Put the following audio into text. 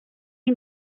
une